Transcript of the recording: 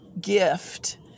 gift